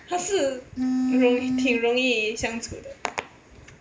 他是容挺容易相处的